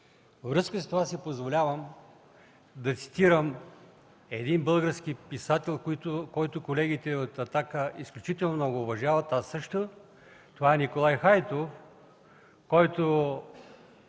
връзка с това си позволявам да цитирам един български писател, който колегите от „Атака” изключително много уважават, аз също – Николай Хайтов, чийто